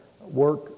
work